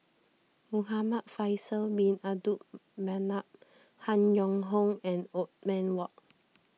Muhamad Faisal Bin Abdul Manap Han Yong Hong and Othman Wok